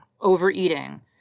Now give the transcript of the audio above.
overeating